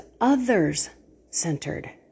others-centered